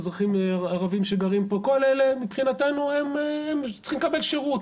אזרחים ערביים שגרים פה-כל אלה מבחינתנו הם צריכים לקבל שירות.